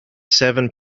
seven